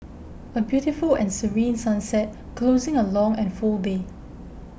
a beautiful and serene sunset closing a long and full day